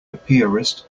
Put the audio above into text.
apiarist